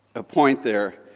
ah point there,